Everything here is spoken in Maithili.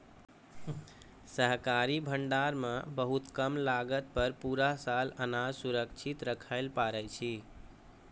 सरकारी भंडार मॅ बहुत कम लागत पर पूरा साल अनाज सुरक्षित रक्खैलॅ पारै छीं